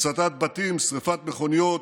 הצתת בתים, שרפת מכוניות,